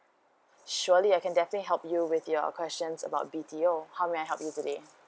surely I can definitely help you with your questions about B_T_O how may I help you today